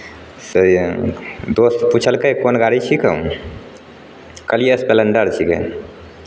से दोस्त पुछलकै कोन गाड़ी छिकौँ कहलियै एसप्लेन्डर छिकै